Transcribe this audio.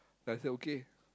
then I said okay